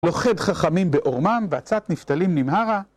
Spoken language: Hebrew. לוכד חכמים בעורמם, ועצת נפתלים נמהרה.